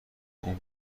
اون